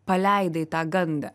paleidai tą gandą